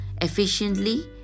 efficiently